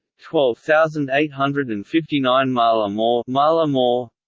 twelve thousand eight hundred and fifty nine marlamoore marlamoore